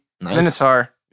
Minotaur